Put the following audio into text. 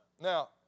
Now